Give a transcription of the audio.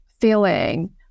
feeling